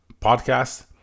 podcast